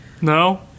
no